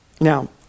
Now